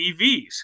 EVs